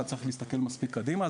אתה צריך להסתכל מספיק קדימה,